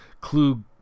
Clue